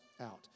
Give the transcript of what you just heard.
out